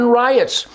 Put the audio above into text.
riots